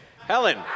Helen